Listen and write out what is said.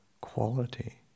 quality